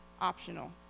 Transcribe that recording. optional